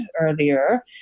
earlier